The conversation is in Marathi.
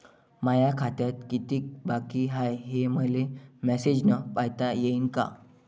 माया खात्यात कितीक बाकी हाय, हे मले मेसेजन पायता येईन का?